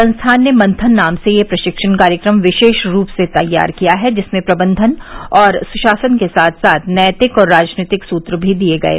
संस्थान ने मंथन नाम से यह प्रशिक्षण कार्यक्रम विशेष रूप से तैयार किया है जिसमें प्रबंधन और सुशासन के साथ साथ नैतिक और राजनीतिक सुत्र भी दिये गये